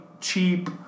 cheap